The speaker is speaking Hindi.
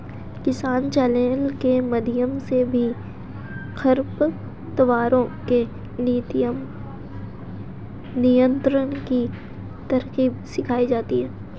किसान चैनल के माध्यम से भी खरपतवारों के नियंत्रण की तरकीब सिखाई जाती है